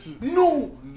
No